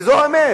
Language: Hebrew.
כי זו האמת.